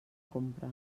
compra